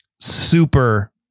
super